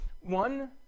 One